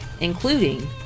including